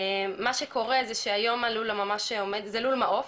מה שקורה זה שהיום, זה לול מעוף,